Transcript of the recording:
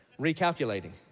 Recalculating